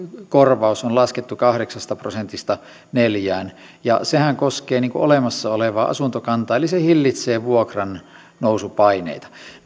korvaus on laskettu kahdeksasta prosentista neljään ja sehän koskee olemassa olevaa asuntokantaa eli se hillitsee vuokran nousupaineita